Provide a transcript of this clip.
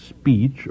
speech